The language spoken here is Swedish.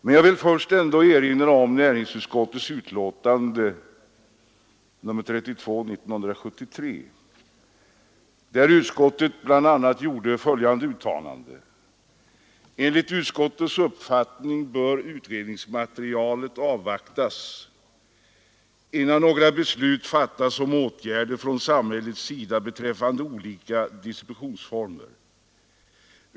Men jag vill till att börja med ändå erinra om näringsutskottets betänkande nr 32 år 1973, där utskottet bl.a. gjorde följande uttalande: ”Enligt utskottets uppfattning bör utredningsmaterialet avvaktas innan några beslut fattas om åtgärder från samhällets sida beträffande olika distributionsformer.